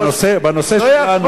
בנושא שלנו.